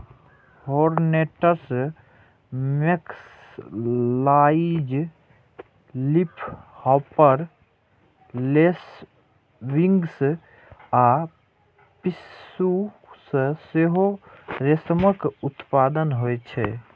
hornets, mayflies, leafhopper, lacewings आ पिस्सू सं सेहो रेशमक उत्पादन होइ छै